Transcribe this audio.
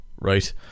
right